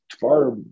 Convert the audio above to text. far